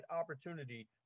opportunity